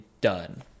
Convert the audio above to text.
done